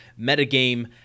metagame